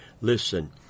Listen